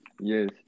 Yes